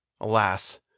Alas